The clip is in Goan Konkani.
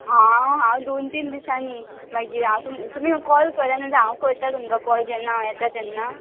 हांव हांव दोन तीन दिसांनी मागीर हांव तुम तुमी कॉल करा नाजाल्या हांव करता तुमकां कॉल जेन्ना हांव येतां तेन्ना